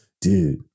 Dude